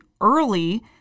early